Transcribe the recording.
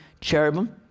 cherubim